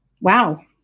wow